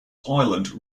island